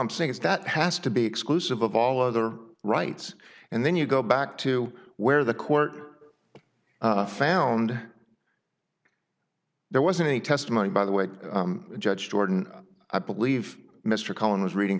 i'm saying is that has to be exclusive of all other rights and then you go back to where the court found there wasn't any testimony by the way judge gordon i believe mr cohen was reading